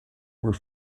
were